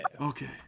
Okay